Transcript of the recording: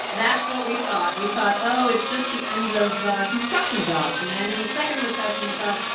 that's what we thought. we thought, oh, it's just the end of construction jobs. and then in the second recession, we thought,